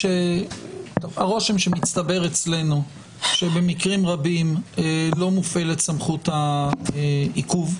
הרושם שמצטבר אצלנו שבמקרים רבים לא מופעלת סמכות העיכוב,